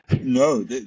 no